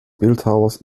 bildhauers